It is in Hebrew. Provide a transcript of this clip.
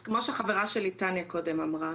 אז כמו שחברה שלי תניה קודם אמרה,